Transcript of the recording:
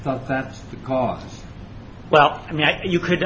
thought that because well i mean you could